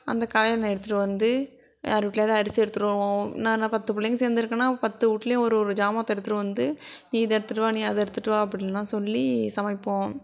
அந்த கலயனை எடுத்துகிட்டு வந்து யார் வீட்லயாவது அரிசி எடுத்துகிட்டு வருவோம் நாங்கள் பத்து பிள்ளைங்க சேர்ந்து இருக்குன்னால் பத்து வீட்லையும் ஒரு ஒரு ஜாமாத்தை எடுத்துகிட்டு வந்து நீ இதை எடுத்துகிட்டு வா நீ அதை எடுத்துகிட்டு வா அப்படின்லான் சொல்லி சமைப்போம்